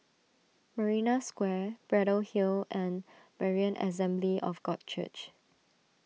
Marina Square Braddell Hill and Berean Assembly of God Church